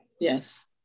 Yes